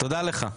תודה לך.